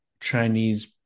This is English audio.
Chinese